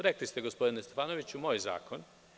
Rekli ste, gospodine Stefanoviću – moj zakon.